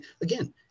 again